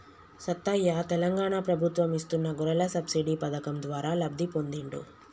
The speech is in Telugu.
సత్తయ్య తెలంగాణ ప్రభుత్వం ఇస్తున్న గొర్రెల సబ్సిడీ పథకం ద్వారా లబ్ధి పొందిండు